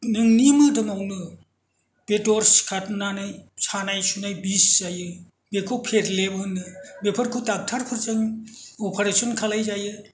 नोंनि मोदोमावनो बेदर सिखारनाय सानाय सुनाय बिस जायो बेखौ फेरलेब होनो बेफोरखौ डक्ट'रफोरजों अपारेसन खालामजायो